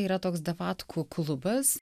yra toks davatkų klubas